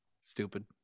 stupid